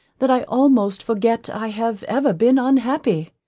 that i almost forget i have ever been unhappy.